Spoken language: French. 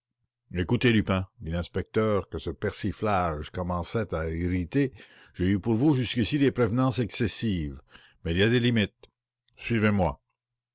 écoutez lupin dit l'inspecteur que ce persiflage commençait à irriter j'ai eu pour vous jusqu'ici des prévenances excessives mais il a des limites suivez-moi